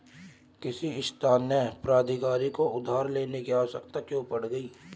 किसी स्थानीय प्राधिकारी को उधार लेने की आवश्यकता क्यों पड़ गई?